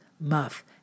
muff